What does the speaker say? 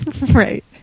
Right